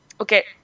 okay